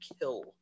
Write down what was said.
kill